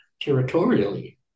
territorially